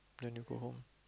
then you go home